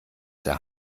der